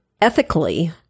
ethically